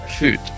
food